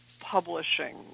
publishing